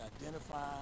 identify